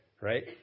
right